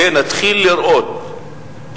ונתחיל לראות,